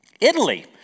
Italy